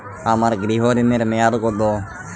আমার গৃহ ঋণের মেয়াদ কত?